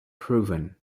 proven